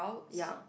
ya